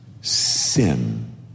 sin